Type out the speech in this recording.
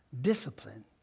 discipline